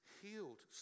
healed